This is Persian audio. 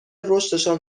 رشدشان